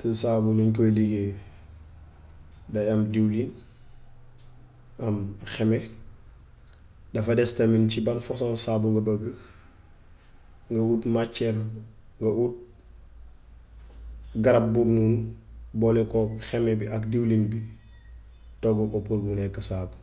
te saabu lañ koy liggéeyee: day am diwlin, am xeme. Daf des tam ci ban façon saabu nga bëgg, nga wt màcceer, nga wut garab boobu noonu boole kook xeme bi ak diwlin bi toggu ko pour mu nekk saabu.